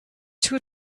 too